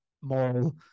moral